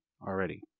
already